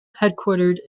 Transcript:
headquartered